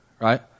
right